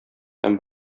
һәм